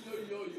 אוי, אוי, אוי.